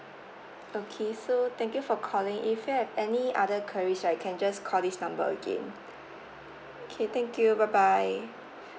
okay so thank you for calling if you have any other queries right you can just call this number again K thank you bye bye